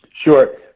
Sure